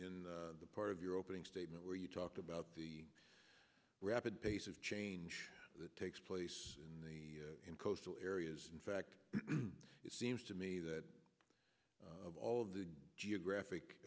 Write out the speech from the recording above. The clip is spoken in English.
in the part of your opening statement where you talked about the rapid pace of change that takes place in the coastal areas in fact it seems to me that all of the geographic